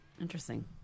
Interesting